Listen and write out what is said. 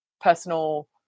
personal